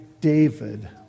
David